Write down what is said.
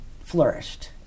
flourished